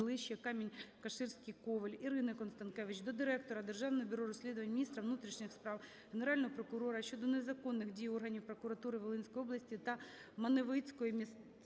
Камінь-Каширський - Ковель. Ірини Констанкевич до директора Державного бюро розслідувань, міністра внутрішніх справ України, Генерального прокурора України щодо незаконних дій органів прокуратури Волинської області та Маневицької місцевої